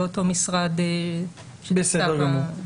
אותו משרד שמבצע את ה --- בסדר גמור,